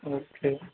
okay